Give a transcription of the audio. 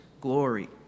glory